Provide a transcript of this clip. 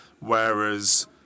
Whereas